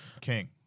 King